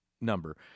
number